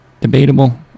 Debatable